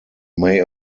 may